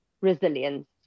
resilience